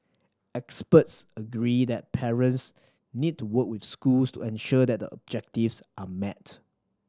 experts agree that parents need to work with schools and ensure that a are met